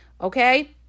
okay